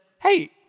hey